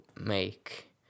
make